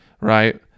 right